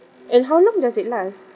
and how long does it last